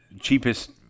cheapest